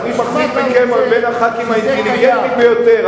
אני מחזיק מכם בין חברי הכנסת האינטליגנטים ביותר.